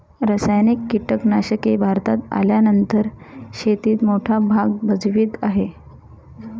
रासायनिक कीटनाशके भारतात आल्यानंतर शेतीत मोठा भाग भजवीत आहे